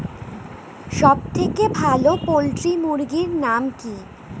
সবথেকে ভালো পোল্ট্রি মুরগির নাম কি?